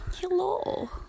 Hello